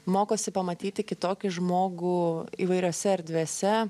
mokosi pamatyti kitokį žmogų įvairiose erdvėse